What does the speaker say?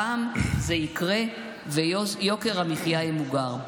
הפעם זה יקרה, ויוקר המחיה ימוגר.